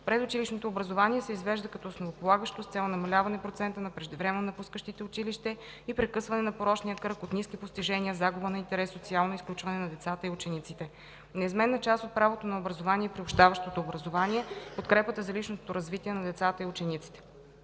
Предучилищното образование се извежда като основополагащо с цел намаляване процента на преждевременно напускащите училище и прекъсване на порочния кръг от ниски постижения, загуба на интерес и социално изключване на децата и учениците. Неизменна част от правото на образование е приобщаващото образование – подкрепата за личностното развитие на децата и учениците.